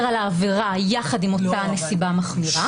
על העבירה יחד עם אותה נסיבה מחמירה.